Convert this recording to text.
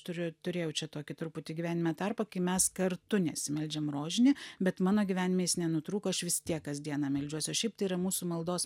turiu turėjau čia tokį truputį gyvenime tarpą kai mes kartu nesimeldžiam rožinį bet mano gyvenime jis nenutrūko aš vis tiek kasdieną meldžiuosi o šiaip tai yra mūsų maldos